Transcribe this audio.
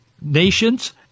nations